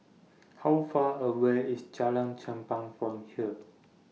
How Far away IS Jalan Chempah from here